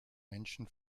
menschen